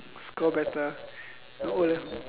score better at O le~